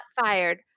fired